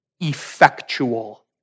effectual